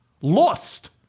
lost